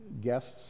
guests